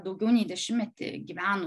daugiau nei dešimtmetį gyveno